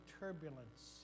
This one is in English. turbulence